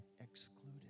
excluded